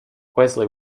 wesley